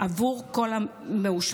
עבור כל מאושפז.